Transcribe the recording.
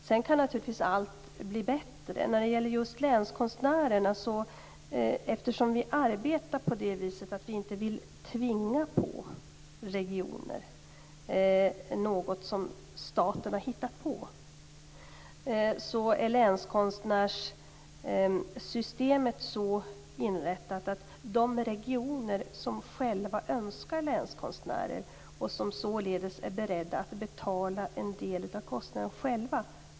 Men allt kan naturligtvis bli bättre. När det gäller länskonstnärerna vill jag säga att vi inte vill tvinga på regioner något som staten har hittat på och att länskonstnärssystemet därför är så inrättat att det statliga stödet går till de regioner som själva önskar ha länskonstnärer och som således är beredda att betala en del av kostnaderna själva.